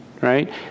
right